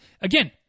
Again